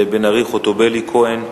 בן-ארי, חוטובלי, כהן,